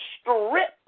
strip